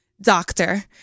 doctor